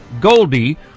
Goldie